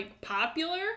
popular